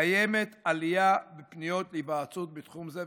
קיימת עלייה בפניות להיוועצות בתחום זה,